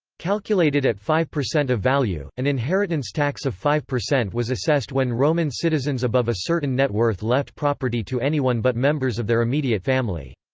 calculated at five percent of value an inheritance tax of five percent was assessed when roman citizens above a certain net worth left property to anyone but members of their immediate family.